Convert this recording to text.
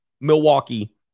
Milwaukee